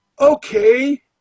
okay